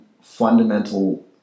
fundamental